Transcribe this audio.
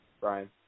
Brian